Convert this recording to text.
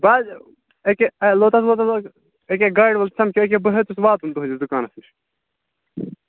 بہٕ حظ ییٚکیٛاہ لوٚت حظ لوٚت حظ ییٚکیٛاہ گاڑِ وول سمکھیو ییٚکیٛاہ بہٕ ہیوٚتُس واتُن تُہٕنٛدِس دُکانَس نِش